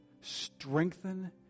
Strengthen